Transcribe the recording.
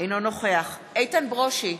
אינו נוכח איתן ברושי,